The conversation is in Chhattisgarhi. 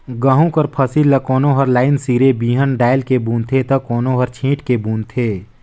गहूँ कर फसिल ल कोनो हर लाईन सिरे बीहन डाएल के बूनथे ता कोनो हर छींट के बूनथे